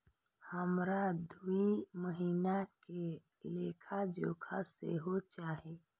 हमरा दूय महीना के लेखा जोखा सेहो चाही